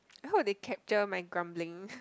I hope they capture my grumbling